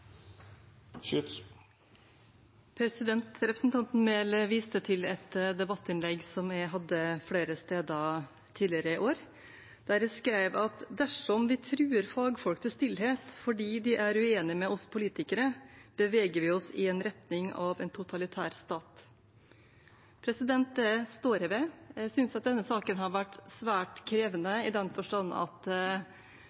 Representanten Enger Mehl viste til et debattinnlegg som jeg hadde flere steder tidligere i år, der jeg skrev at dersom vi truer fagfolk til stillhet fordi de er uenige med oss politikere, beveger vi oss i retning av en totalitær stat. Det står jeg ved. Jeg synes at denne saken har vært svært krevende